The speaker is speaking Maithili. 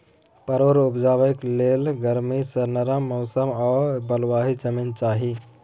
परोर उपजेबाक लेल गरमी सँ नरम मौसम आ बलुआही जमीन चाही